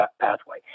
pathway